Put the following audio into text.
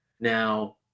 now